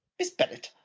miss bennet,